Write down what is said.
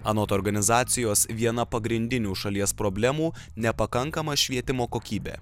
anot organizacijos viena pagrindinių šalies problemų nepakankama švietimo kokybė